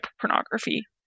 pornography